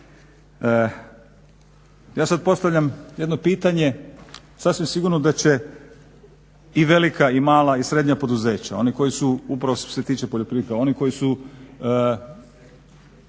Ja sad postavljam jedno pitanje sasvim sigurno da će i velika i mala i srednja poduzeća, oni koji su upravo što se tiče poljoprivrednika, oni koji su